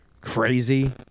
crazy